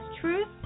Truth